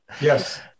Yes